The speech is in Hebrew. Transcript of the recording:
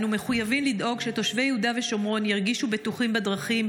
אנו מחויבים לדאוג שתושבי יהודה ושומרון ירגישו בטוחים בדרכים,